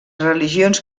religions